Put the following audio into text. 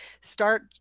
start